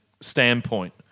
standpoint